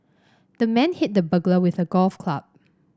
the man hit the burglar with a golf club